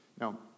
Now